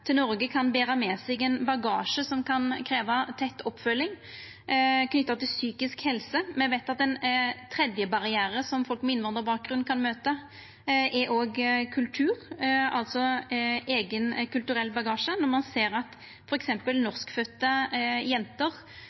til Noreg, kan bera med seg ein bagasje som kan krevja tett oppfølging knytt til psykisk helse. Me veit at ein tredje barriere som folk med innvandrarbakgrunn kan møta, er kultur, altså eigen kulturell bagasje, når ein ser at